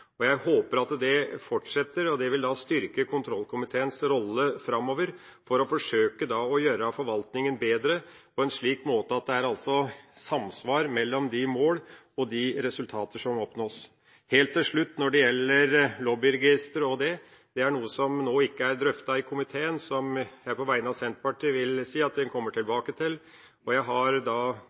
og jeg håper at det fortsetter. Det vil da styrke kontrollkomiteens rolle framover for å forsøke å gjøre forvaltningen bedre på en slik måte at det blir samsvar mellom mål og de resultater som oppnås. Helt til slutt: Når det gjelder lobbyregister, er det noe som ikke er drøftet i komiteen nå, og som jeg på vegne av Senterpartiet vil si at en kommer tilbake til, og jeg har